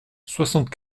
soixante